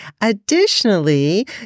Additionally